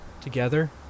together